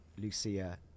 Lucia